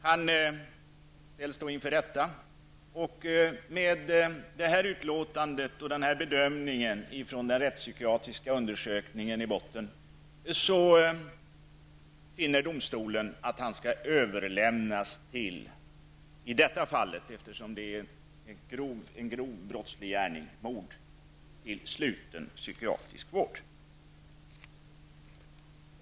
Den gripne ställs inför rätta, och med utlåtandet och bedömningen från den rättspsykiatriska undersökningen i botten finner domstolen att han skall överlämnas till i detta fall -- eftersom det är en grov brottslig gärning, mord -- sluten psykiatrisk vård.